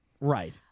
Right